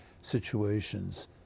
situations